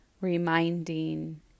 reminding